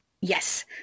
Yes